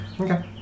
Okay